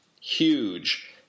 huge